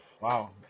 Wow